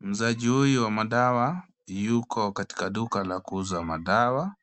Muuzaji huyu wa madawa yuko katika duka la kuuza madawa.